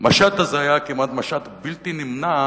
המשט הזה היה משט כמעט בלתי נמנע,